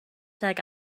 tuag